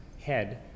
head